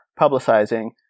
publicizing